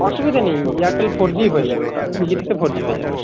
অসুবিধে নেই Airtel four G হয়ে যাবে ওটা থ্রি জি থেকে ফোর জি হয়ে যাবে